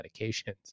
medications